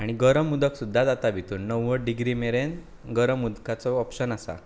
आनी गरम उदक सुद्दां जाता भितुन णव्वद डिग्री मेरेन गरम उदकाचो ओपशन आसा